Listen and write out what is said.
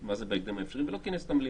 מה זה בהקדם האפשרי ולא כינס את המליאה.